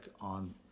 on